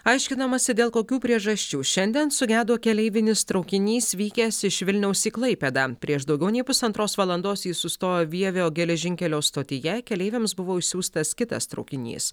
aiškinamasi dėl kokių priežasčių šiandien sugedo keleivinis traukinys vykęs iš vilniaus į klaipėdą prieš daugiau nei pusantros valandos jis sustojo vievio geležinkelio stotyje keleiviams buvo išsiųstas kitas traukinys